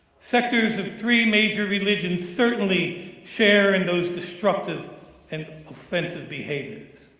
sectors of three major religions certainly share in those destructive and offensive behaviors.